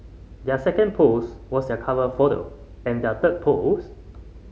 their second post was their cover photo and their third post